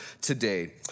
today